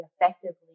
effectively